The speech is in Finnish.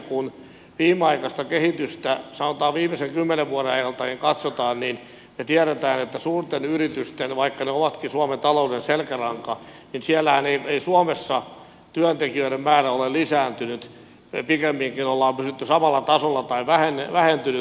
kun viimeaikaista kehitystä sanotaan viimeisen kymmenen vuoden ajalta katsotaan niin me tiedämme että suurissa yrityksissä vaikka ne ovatkin suomen talouden selkäranka ei suomessa työntekijöiden määrä ole lisääntynyt pikemminkin on pysynyt samalla tasolla tai vähentynyt